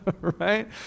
right